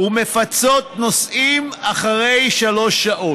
ומפצות נוסעים אחרי שלוש שעות.